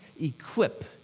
equip